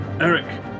Eric